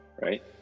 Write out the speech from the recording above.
right